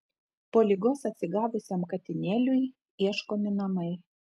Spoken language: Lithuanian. po ligos atsigavusiam katinėliui ieškomi namai